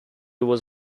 was